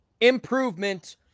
Improvement